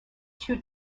two